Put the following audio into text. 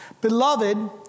Beloved